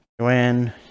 Joanne